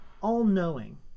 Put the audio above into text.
all-knowing